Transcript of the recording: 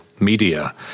media